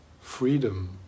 freedom